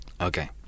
Okay